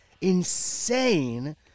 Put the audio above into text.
insane